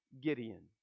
Gideon